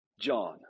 John